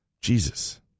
Jesus